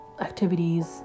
activities